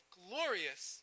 glorious